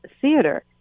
theater